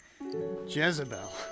Jezebel